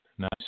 Nice